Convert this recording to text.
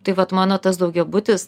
tai vat mano tas daugiabutis